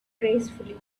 gracefully